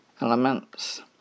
elements